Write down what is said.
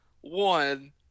one